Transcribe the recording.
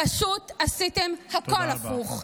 פשוט עשיתם הכול הפוך.